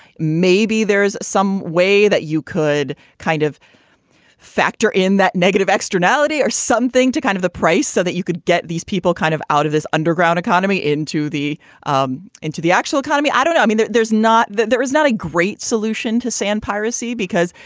maybe there is some way that you could kind of factor in that negative externality or something to kind of the price so that you could get these people kind of out of this underground economy into the um into the actual economy. i don't know. i mean, there's not there is not a great solution to sand piracy because,